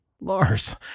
Lars